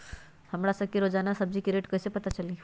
हमरा सब के रोजान सब्जी के रेट कईसे पता चली?